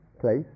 place